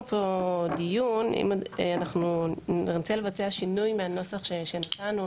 אנחנו נרצה לבצע שינוי מהנוסח שנתנו,